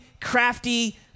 crafty